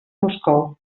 moscou